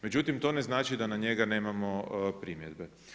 Međutim, to ne znači da na njega nemamo primjedbe.